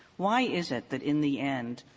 why is it that in the end,